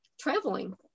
traveling